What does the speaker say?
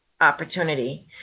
opportunity